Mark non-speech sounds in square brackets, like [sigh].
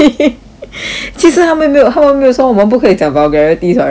[noise] 其实他们没有他们没有说我们不可以讲 vulgarities [what] right